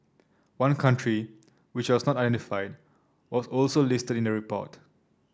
one country which was not identified was also listed in the report